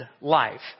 life